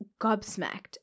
gobsmacked